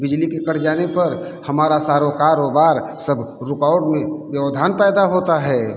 बिजली के कट जाने पर हमारा सारा कारोबार सब रुकावट में व्यवधान पैदा होता है